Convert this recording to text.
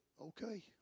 okay